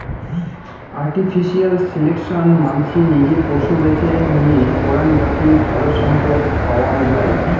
artificial selection মানসি নিজে পশু বেছে নিয়ে করাং যাতি ভালো সম্পদ পাওয়াঙ যাই